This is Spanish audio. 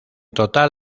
total